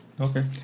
Okay